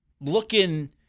looking